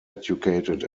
educated